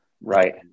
Right